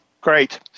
Great